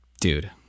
dude